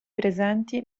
presenti